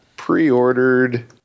pre-ordered